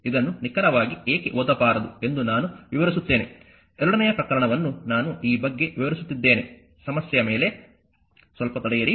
ಇದನ್ನು ನಿಖರವಾಗಿ ಏಕೆ ಓದಬಾರದು ಎಂದು ನಾನು ವಿವರಿಸುತ್ತೇನೆ ಎರಡನೆಯ ಪ್ರಕರಣವನ್ನು ನಾನು ಈ ಬಗ್ಗೆ ವಿವರಿಸುತ್ತಿದ್ದೇನೆ ಸಮಸ್ಯೆಯ ಮೇಲೆ ಸ್ವಲ್ಪ ತಡೆಯಿರಿ